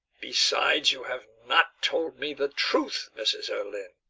besides, you have not told me the truth, mrs. erlynne.